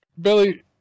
Billy